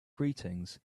greetings